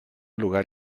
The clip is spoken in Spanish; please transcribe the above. lugar